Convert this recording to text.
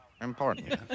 Important